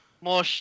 more